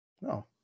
No